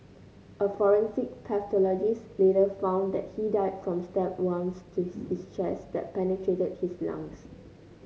a forensic pathologist later found that he died from stab wounds to his chest that penetrated his lungs